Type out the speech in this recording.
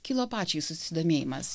kilo pačiai susidomėjimas